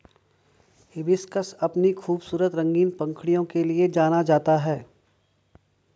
hibiscus अपनी खूबसूरत रंगीन पंखुड़ियों के लिए जाना जाता है